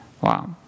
Wow